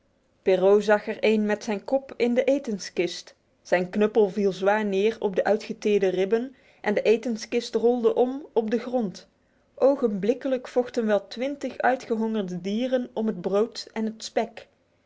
perrault zag er een met zijn kop in de etenskist zijn knuppel viel zwaar neer op de uitgeteerde ribben en de etenskist rolde om op de grond ogenblikkelijk vochten wel twintig uitgehongerde dieren om het brood en het spek